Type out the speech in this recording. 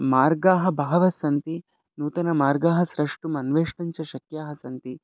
मार्गाः बहवः सन्ति नूतनमार्गाः स्रष्टुम् अन्वेष्टुं च शक्याः सन्ति